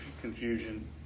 confusion